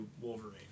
Wolverine